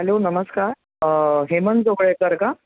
hello नमस्कार हेमंत जोगळेकर का